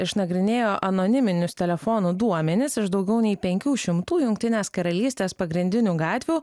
išnagrinėjo anoniminius telefonų duomenis iš daugiau nei penkių šimtų jungtinės karalystės pagrindinių gatvių